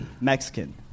Mexican